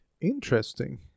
Interesting